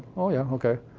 oh, yeah, okay.